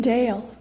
Dale